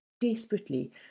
desperately